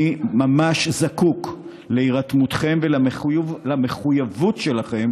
אני ממש זקוק להירתמותכם ולמחויבות שלכם